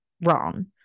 wrong